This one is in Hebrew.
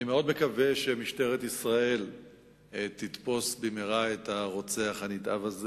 אני מאוד מקווה שמשטרת ישראל תתפוס במהרה את הרוצח הנתעב הזה.